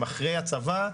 שהם אחרי הצבא,